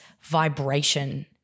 vibration